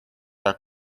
are